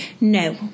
No